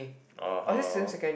(uh huh)